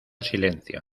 silencio